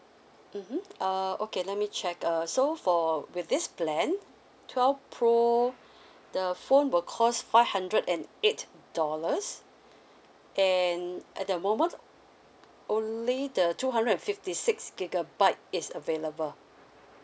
mmhmm okay let me check err so for with this plan twelve pro the phone will cost five hundred and eight dollars and at the moment only the two hundred fifty six gigabytes is available